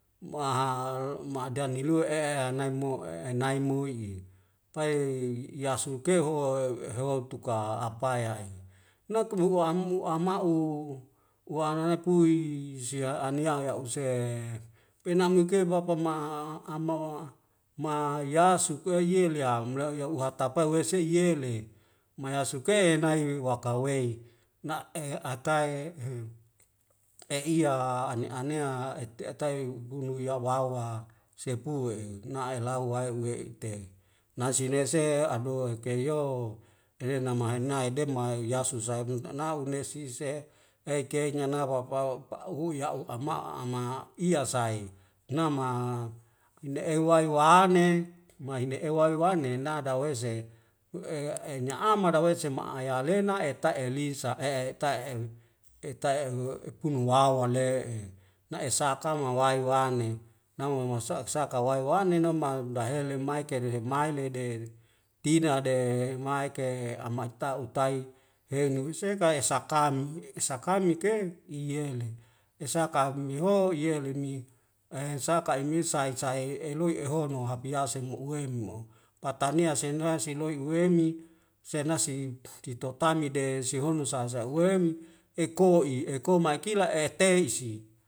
Ma hal mahdani lua e'e nae mu e'e nai mu'i pai yasukeho heho tuka apae ya'e nak'muam mu'ama'u uangnga pui sia anea ya use pena muke bapa ma amoa ma yasuke yeleam la ya uhatapae uwei seiye le mayasuke nai wakawei na'e akai ehem e iye ane anea et et eitai bunu ya wawa sepue nahelau wae we'ite nasi nese adoh hekeyo ele namahenai dema'i yasu saem ana unesis se eike nyana fafwawa pa'huya'u ama'a ama iyasai nama ine'e wai wa'ane maine'e wai wane na dawese u'e ena'ama dawese ma'ayalena eta'elisa e'e ta'e eta euepunu wawa le'enaesaka mawai wane namo mosok saka awae waneno ma dehele maike lehele maile de tina de maik ke ama ata utae henu sekai esa kami sakami ke iyele esa kami ho yele mi e saka'i mi sae sae elui ehono hapeyase mo'uwei mo patanea sendra siloi uwemi senasip di totamide sehono sa'a sa;a guemi eko'i eko mai kila e'teis si